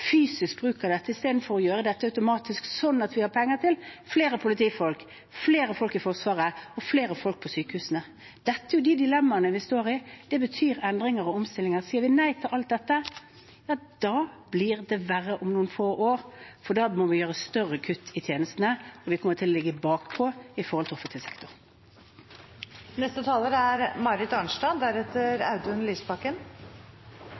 gjøre dette automatisk, slik at vi har penger til flere politifolk, flere folk i Forsvaret og flere folk på sykehusene? Dette er de dilemmaene vi står i. Det betyr endringer og omstillinger. Sier vi nei til alt dette, blir det verre om noen få år, for da må vi gjøre større kutt i tjenestene, og offentlig sektor kommer til å ligge bakpå. Jeg tror at i